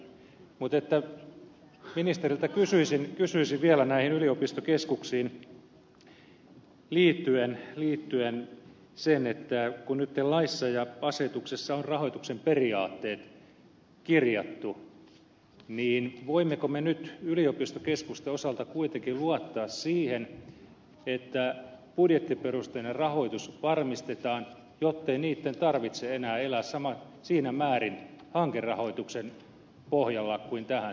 mutta ministeriltä kysyisin vielä näihin yliopistokeskuksiin liittyen että kun nyt laissa ja asetuksessa on rahoituksen periaatteet kirjattu niin voimmeko me nyt yliopistokeskusten osalta kuitenkin luottaa siihen että budjettiperusteinen rahoitus varmistetaan jottei niitten tarvitse enää elää siinä määrin hankerahoituksen pohjalla kuin tähän saakka